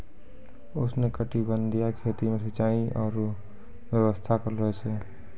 उष्णकटिबंधीय खेती मे सिचाई रो व्यवस्था करलो जाय छै